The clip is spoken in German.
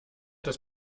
das